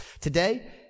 today